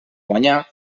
guanyà